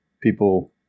people